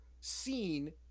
seen